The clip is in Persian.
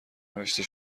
نوشته